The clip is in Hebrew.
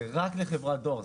זה רק לחברת דואר.